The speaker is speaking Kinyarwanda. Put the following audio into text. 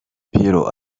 pierrot